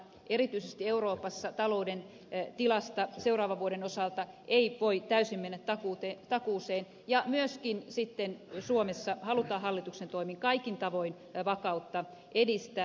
erityisesti euroopassa talouden tilasta seuraavan vuoden osalta ei voi täysin mennä takuuseen ja myöskin suomessa halutaan hallituksen toimin kaikin tavoin vakautta edistää